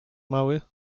mały